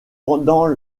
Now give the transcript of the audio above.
pendant